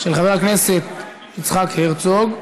של חבר הכנסת יצחק הרצוג.